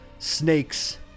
Snakes